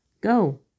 Go